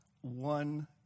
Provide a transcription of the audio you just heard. One